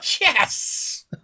Yes